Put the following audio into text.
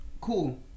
cool